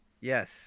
yes